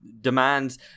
demands